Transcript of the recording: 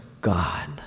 God